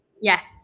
Yes